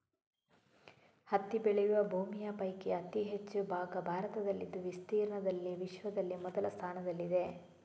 ಹತ್ತಿ ಬೆಳೆಯುವ ಭೂಮಿಯ ಪೈಕಿ ಅತಿ ಹೆಚ್ಚು ಭಾಗ ಭಾರತದಲ್ಲಿದ್ದು ವಿಸ್ತೀರ್ಣದಲ್ಲಿ ವಿಶ್ವದಲ್ಲಿ ಮೊದಲ ಸ್ಥಾನದಲ್ಲಿದೆ